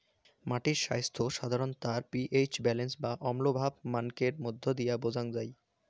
মাটির স্বাইস্থ্য সাধারণত তার পি.এইচ ব্যালেন্স বা অম্লভাব মানকের মইধ্য দিয়া বোঝাং যাই